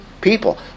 people